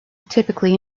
typically